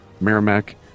Merrimack